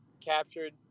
Captured